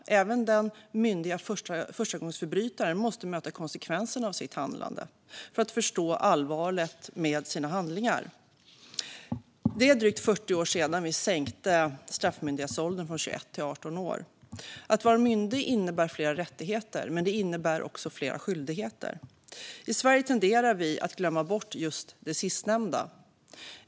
Även den myndiga förstagångsförbrytaren måste möta konsekvenserna av sitt handlande för att förstå allvaret i sina handlingar. Det är drygt 40 år sedan vi sänkte myndighetsåldern från 21 till 18 år. Att vara myndig innebär flera rättigheter, men det innebär också flera skyldigheter. I Sverige tenderar vi att glömma bort just det.